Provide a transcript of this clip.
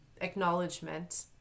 acknowledgement